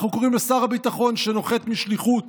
אנחנו קוראים לשר הביטחון שנוחת משליחות